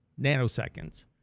Nanoseconds